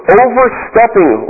overstepping